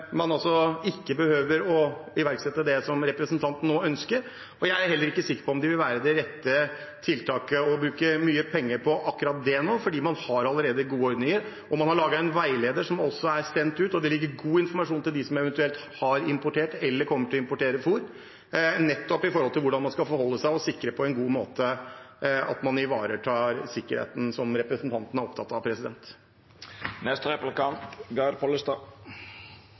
man må gjøre noe ytterligere. Men Mattilsynet mener at man ikke behøver å iverksette det som representanten nå ønsker. Jeg er heller ikke sikker på om dette vil være det rette tiltaket å bruke mye penger på akkurat nå, for man har allerede gode ordninger. Man har også laget en veileder som er sendt ut, og det foreligger god informasjon til dem som eventuelt har importert eller kommer til å importere fôr, om hvordan man skal forholde seg og på en god måte ivareta sikkerheten, som representanten er opptatt av.